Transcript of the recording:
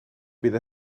bydd